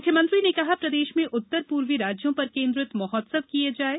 मुख्यमंत्री ने कहा प्रदेश में उत्तर पूर्वी राज्यों पर केन्द्रित महोत्सव किये जाये